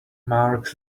marks